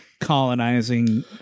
Colonizing